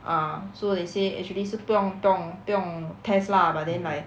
ah so they say actually 是不用不用不用 test lah but then like